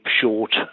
short